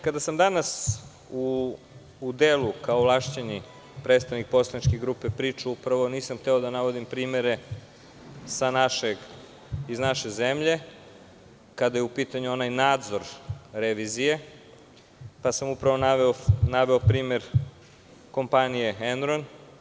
Kada sam danas u delu kao ovlašćeni predstavnik poslaničke grupe pričao, nisam hteo da navodim primere iz naše zemlje, kada je u pitanju onaj nadzor revizije, pa sam upravo naveo primer kompanije "Enron"